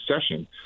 session